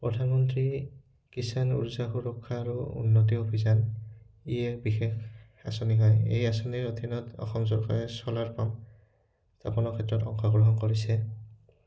প্ৰধানমন্ত্ৰী কিষান উৰ্জা সুৰক্ষা আৰু উন্নতি অভিযান ই এক বিশেষ আঁচনি হয় এই আঁচনিৰ অধীনত অসম চৰকাৰে চ'লাৰ পাম্প স্থাপনৰ ক্ষেত্ৰত অংশগ্ৰহণ কৰিছে